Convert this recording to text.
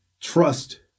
trust